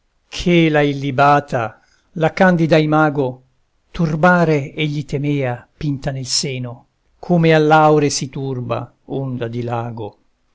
che la illibata la candida imago turbare egli temea pinta nel seno come all'aure si turba onda di lago